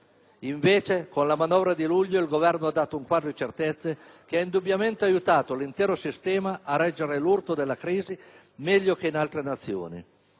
Invece, con la manovra di luglio, il Governo ha dato un quadro di certezze che indubbiamente ha aiutato l'intero sistema a reggere l'urto della crisi meglio che in altre Nazioni.